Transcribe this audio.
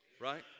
right